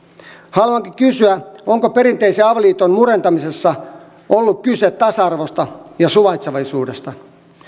haluankin kysyä onko perinteisen avioliiton murentamisessa ollut kyse tasa arvosta ja suvaitsevaisuudesta